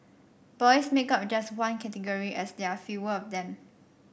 boys make up just one category as there are fewer of them